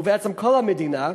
ובעצם של כל המדינה,